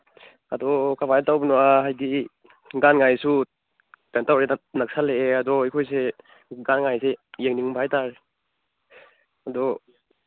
ꯑꯗꯣ ꯀꯃꯥꯏ ꯇꯧꯕꯅꯣ ꯍꯥꯏꯗꯤ ꯒꯥꯟꯉꯥꯏꯁꯨ ꯀꯩꯅꯣ ꯇꯧꯔꯦ ꯅꯛꯁꯜꯂꯛꯑꯦ ꯑꯗꯨ ꯑꯩꯈꯣꯏꯁꯦ ꯒꯥꯟꯉꯥꯏꯁꯦ ꯌꯦꯡꯅꯤꯡꯕ ꯍꯥꯏꯇꯥꯔꯦ ꯑꯗꯣ